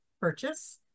purchase